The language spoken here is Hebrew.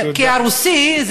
כי רוסי,